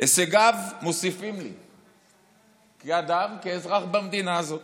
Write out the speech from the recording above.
הישגיו מוסיפים לי כאדם, כאזרח במדינה הזאת.